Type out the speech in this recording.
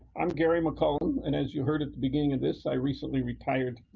i'm gary mccollum and as you heard at the beginning of this, i recently retired.